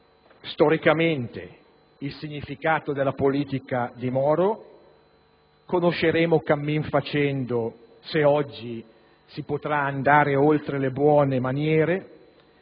storicamente il significato della politica di Moro: conosceremo, cammin facendo, se oggi si potrà andare oltre le buone maniere;